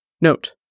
Note